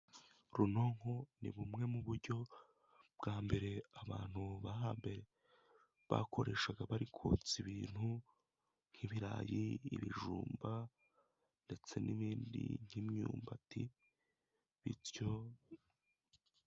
Runonko ni bumwe mu buryo bwa mbere abantu ba hambere bakoreshaga bari kotsa ibintu, nk'ibirayi, ibijumba ndetse n'ibindi nk'imyumbati bityo.